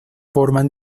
forman